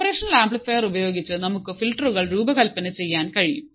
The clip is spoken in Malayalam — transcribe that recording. ഓപ്പറേഷനൽ ആംപ്ലിഫയറുകൾ ഉപയോഗിച്ച് നമുക്ക് ഫിൽട്ടറുകൾ രൂപകൽപ്പന ചെയ്യാൻ കഴിയും